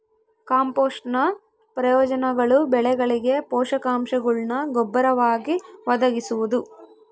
ಕಾಂಪೋಸ್ಟ್ನ ಪ್ರಯೋಜನಗಳು ಬೆಳೆಗಳಿಗೆ ಪೋಷಕಾಂಶಗುಳ್ನ ಗೊಬ್ಬರವಾಗಿ ಒದಗಿಸುವುದು